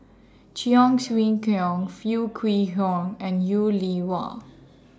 Cheong Siew Keong Foo Kwee Horng and YOU Li Wah